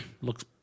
looks